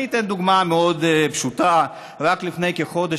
אני אתן דוגמה מאוד פשוטה: רק לפני כחודש,